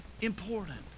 important